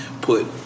put